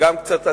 וגם קצת עצובה,